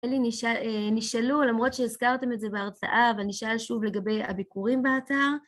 נשאלו, למרות שהזכרתם את זה בהרצאה, ואני אשאל שוב לגבי הביקורים באתר